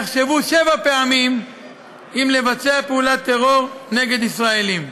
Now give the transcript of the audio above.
הם יחשבו שבע פעמים אם לבצע פעולת טרור נגד ישראלים.